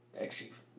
ex-chief